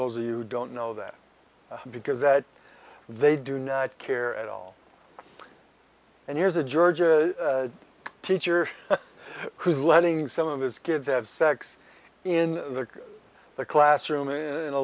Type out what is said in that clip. those who don't know that because that they do not care at all and here's a georgia teacher who's letting some of his kids have sex in the classroom in a